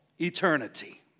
eternity